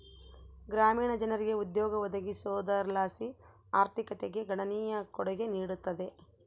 ಗ್ರಾಮೀಣ ಜನರಿಗೆ ಉದ್ಯೋಗ ಒದಗಿಸೋದರ್ಲಾಸಿ ಆರ್ಥಿಕತೆಗೆ ಗಣನೀಯ ಕೊಡುಗೆ ನೀಡುತ್ತದೆ